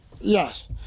Yes